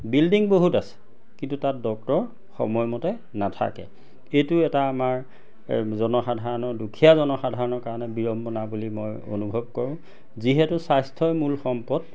building বহুত আছে কিন্তু তাত ডক্তৰ সময়মতে নাথাকে এইটো এটা আমাৰ জনসাধাৰণৰ দুখীয়া জনসাধাৰণৰ কাৰণে বিড়ম্বনা বুলি মই অনুভৱ কৰোঁ যিহেতু স্বাস্থ্যই মূল সম্পদ